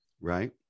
Right